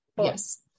yes